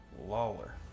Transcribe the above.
Lawler